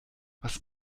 was